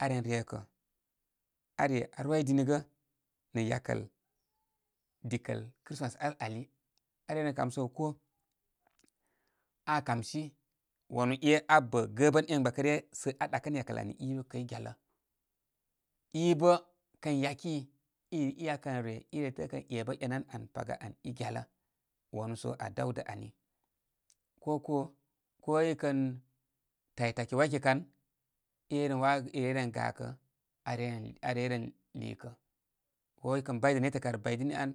Aren re kə. Are a rwi dini gə nə yakəl dikəl christmas al ali. Arey ren kamsəgə koo. Aa kamsi wanu e aa abə gəbən én gbakə rə sə aa ɗakənə yakəl ani, i bə kay gyalə. I bə kən yaki ine akən re i ren təəkə ən ébə bə enə án án paga an igyalə. Wanu so aadawdə ani. Ko koo, ikən tay take wayke kan, ire ye wawogə ireye ren gakə arey-arey ren liikə ko i kən bəydə netə kar baydini an,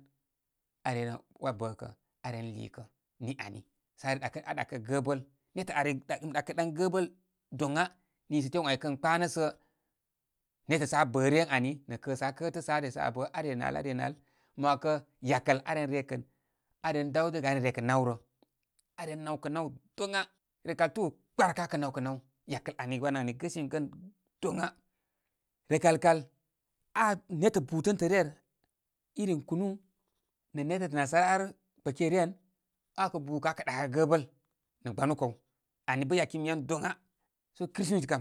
aa reyren wa bəkə aa ren liikə. Ni ani, sə re ɗakə aa ɗakə gəbəl. Nétə ari mi ɗakərɗan gəbəl doŋa nisə tew ən ai kən kpanə sə nétə sə aa bə ryə ani nə kəsə sə aa kətə sə aresə abə, are nə al, are nə al, are nə al, mə wakə yakəl aren re kə, aren daw dəgə are rekə naw rə. Aren nawkə naw doŋa. Rəkal túkə kparka akə naw kə naw. Yakəl ani wan ani gəsimi gən doŋa. Rəkal kal aa, nétə butəntə rer, irin kunu, nétə tə nasara ar kpəke ren, aa kə bukə aa kə ɗakəgə gəbəl nə gba nu kaw. Ani bə yakimi yan doŋa. So kristimiti ka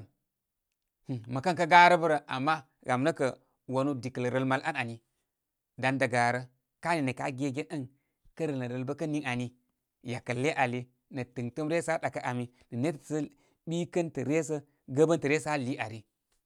nin mə kən kə garə bə rə. Ama gam nə kə wanu dikəl rəl mal an ani dan da garə. Ká nini rə kə aa gegən ən kə rəl nə rəl bə kən nini ani yakəl ye ali nə tɨŋtəm ryə sə aa ɗakə ami nə nétə sə ɓikəntə ryə sə gəbəntə ryə sə aa lii ari.